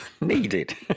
needed